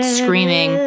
screaming